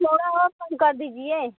थोड़ा और कम कर दीजिए